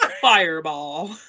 Fireball